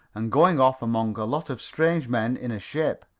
and going off among a lot of strange men in a ship.